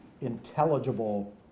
intelligible